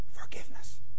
forgiveness